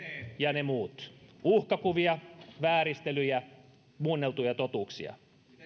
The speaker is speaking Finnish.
ja ne muut uhkakuvia vääristelyjä muunneltuja totuuksia